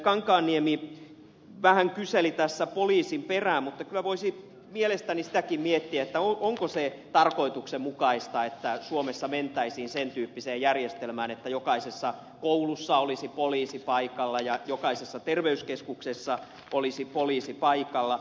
kankaanniemi vähän kyseli tässä poliisin perään mutta kyllä voisi mielestäni sitäkin miettiä onko se tarkoituksenmukaista että suomessa mentäisiin sen tyyppiseen järjestelmään että jokaisessa koulussa olisi poliisi paikalla ja jokaisessa terveyskeskuksessa olisi poliisi paikalla